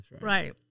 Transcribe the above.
Right